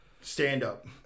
stand-up